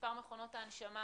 מספר מכונות ההנשמה